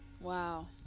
wow